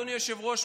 אדוני היושב-ראש,